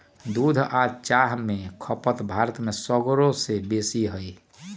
दूध आ चाह के खपत भारत में सगरो से बेशी हइ